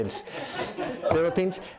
Philippines